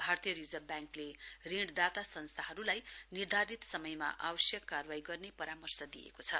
भारतीय रिजर्भ ब्याङ्कले ऋणदाता समस्थाहरुलाई निर्धारित समयमा आवश्यक कारवाई गर्ने परामर्श दिएको छ